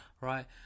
right